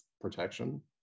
protection